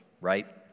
right